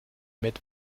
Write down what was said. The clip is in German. mit